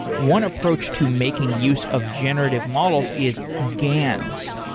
one approach to making use of generative models is gans,